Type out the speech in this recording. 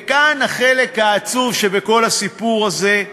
וכאן החלק העצוב בכל הסיפור הזה,